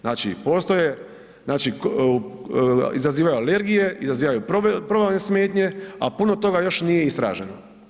Znači postoje, znači izazivaju alergije, izazivaju probavne smetnje a puno toga još nije istraženo.